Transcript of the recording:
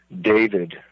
David